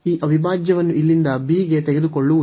ಈ ಅವಿಭಾಜ್ಯವನ್ನು ಇಲ್ಲಿಂದ b ಗೆ ತೆಗೆದುಕೊಳ್ಳುವುದು